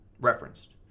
referenced